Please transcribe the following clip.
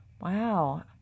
Wow